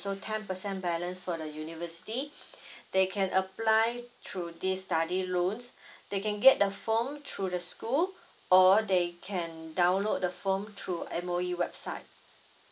ten percent balance for the university they can apply through this study loans they can get the form through the school or they can download the foam through M_O_E website